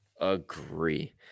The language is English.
agree